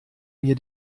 mir